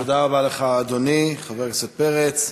תודה רבה לך, אדוני חבר הכנסת פרץ.